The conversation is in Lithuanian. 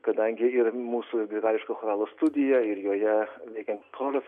kadangi yra mūsų ir grigališko choralo studija ir joje veikiantis choras